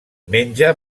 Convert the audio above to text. menja